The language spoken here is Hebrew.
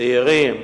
צעירים,